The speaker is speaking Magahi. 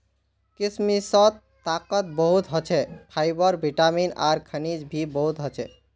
किशमिशत ताकत बहुत ह छे, फाइबर, विटामिन आर खनिज भी बहुत ह छे